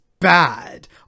bad